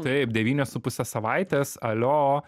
taip devynios su puse savaitės alio